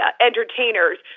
entertainers